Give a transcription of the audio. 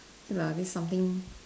okay lah at least something